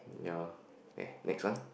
ya eh next one